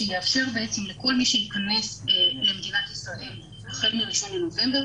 שיאפשר לכל מי שייכנס למדינת ישראל החל ב-1 בנובמבר,